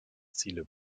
ziele